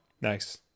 Nice